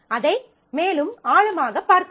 அதை மேலும் ஆழமாகப் பார்க்கவில்லை